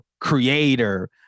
creator